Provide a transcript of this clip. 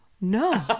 no